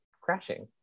crashing